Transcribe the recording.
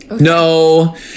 No